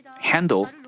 handle